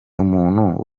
umuntu